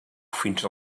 fins